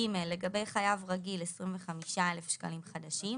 לגבי חייב רגיל 25,000 שקלים חדשים.